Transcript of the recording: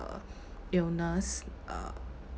illness uh